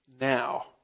now